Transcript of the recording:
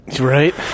right